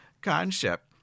concept